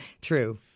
True